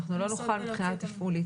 לא נוכל מבחינה תפעולית.